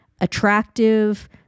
attractive